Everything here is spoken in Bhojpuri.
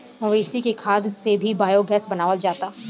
मवेशी के खाद से भी बायोगैस बनावल जाला